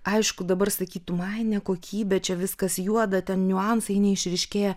aišku dabar sakytum ai nekokybė čia viskas juoda ten niuansai neišryškėję